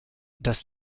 das